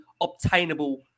obtainable